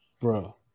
bro